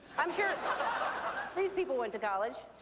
i'm sure these people went to college.